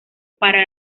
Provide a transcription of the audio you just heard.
para